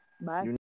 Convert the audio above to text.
Bye